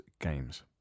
Games